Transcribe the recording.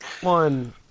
One